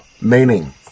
Meaning